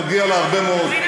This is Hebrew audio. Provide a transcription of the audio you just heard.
מגיע לה הרבה מאוד,